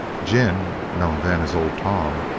gin, known then as old tom,